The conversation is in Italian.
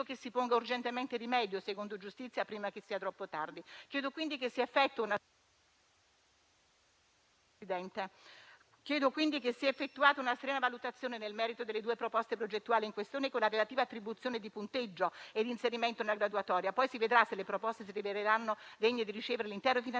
Chiedo quindi che sia effettuata una valutazione nel merito delle due proposte progettuali in questione con la relativa attribuzione di punteggio e l'inserimento nella graduatoria. Poi, si vedrà se le proposte si riveleranno degne di ricevere l'intero finanziamento